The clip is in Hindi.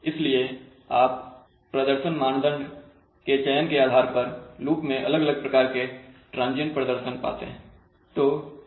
इसलिए आप प्रदर्शन मानदंड के चयन के आधार पर लूप मैं अलग अलग प्रकार के ट्रांजियंट प्रदर्शन पाते हैं